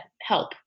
help